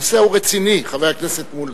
הנושא הוא רציני, חבר הכנסת מולה.